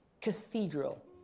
cathedral